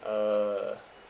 uh